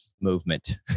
movement